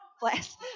bless